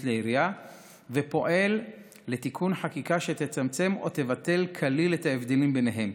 לעירייה ופועל לתיקון חקיקה שיצמצם או יבטל כליל את ההבדלים ביניהם.